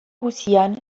guztian